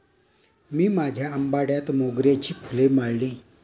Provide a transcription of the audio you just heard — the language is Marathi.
मी माझ्या आंबाड्यात मोगऱ्याची फुले माळली